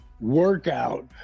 workout